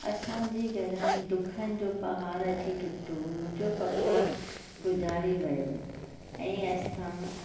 असांजे घर में दुखनि जो पहाड़ अची टुटो मुंहिंजो पप्पा गुज़ारे वियो ऐं असां